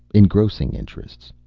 engrossing interests,